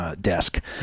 desk